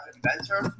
Inventor